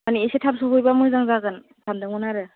माने एसे थाब सहैबा मोजां जागोन सानदोंमोन आरो